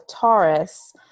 Taurus